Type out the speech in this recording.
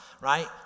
right